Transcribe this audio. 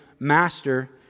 Master